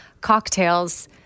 cocktails